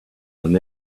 than